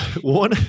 One